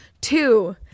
two